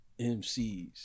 MCs